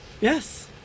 Yes